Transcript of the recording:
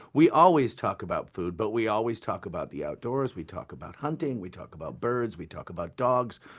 we always talk about food, but we always talk about the outdoors, we talk about hunting, we talk about birds, we talk about dogs,